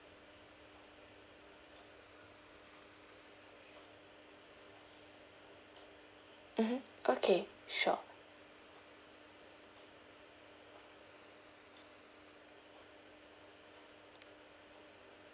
mmhmm okay sure